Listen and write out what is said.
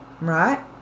right